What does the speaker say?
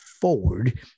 forward